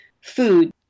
food